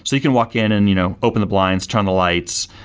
so you can walk in and you know open the blinds, turn the lights,